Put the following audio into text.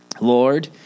Lord